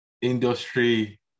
industry